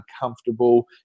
uncomfortable